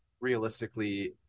realistically